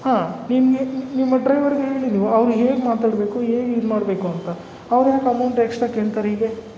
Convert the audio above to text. ಹಾಂ ನಿಮಗೆ ನಿಮ್ಮ ಡ್ರೈವರಿಗೆ ಹೇಳಿ ನೀವು ಅವ್ರು ಹೇಗೆ ಮಾತಾಡಬೇಕು ಹೇಗ್ ಇದು ಮಾಡಬೇಕು ಅಂತ ಅವ್ರು ಯಾಕೆ ಅಮೌಂಟ್ ಎಕ್ಸ್ಟ್ರ ಕೇಳ್ತಾರೆ ಹೀಗೆ